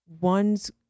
one's